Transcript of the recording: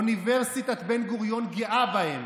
אוניברסיטת בן-גוריון גאה בהם.